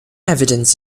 evidence